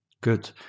Good